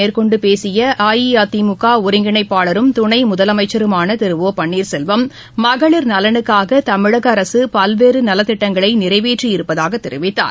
மேற்கொண்டுபேசியஅஇஅதிமுகஒருங்கிணைப்பாளரும் தருமபுரியில் தேர்தல் துணைமுதலமைச்சருமானதிருஒபன்னீர்செல்வம் மகளிர் நலனுக்காகதமிழகஅரசுபல்வேறுநலத்திட்டங்களைநிறைவேற்றியிருப்பதாகதெரிவித்தார்